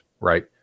right